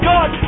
God